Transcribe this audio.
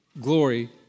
glory